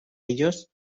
ellos